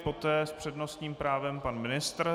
Poté s přednostním právem pan ministr.